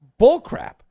bullcrap